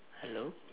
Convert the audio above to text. hello